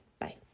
bye